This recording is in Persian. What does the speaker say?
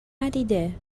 ندیده